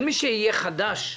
אתה